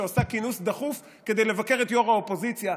שעושה כינוס דחוף כדי לבקר את ראש האופוזיציה.